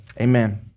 Amen